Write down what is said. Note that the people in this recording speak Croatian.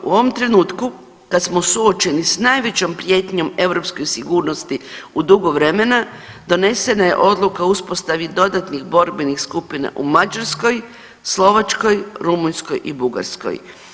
U ovom trenutku kad smo suočeni sa najvećom prijetnjom europskoj sigurnosti u dugo vremena donesena je odluka o uspostavi dodatnih borbenih skupina u Mađarskoj, Slovačkoj, Rumunjskoj i Bugarskoj.